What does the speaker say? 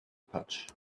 pouch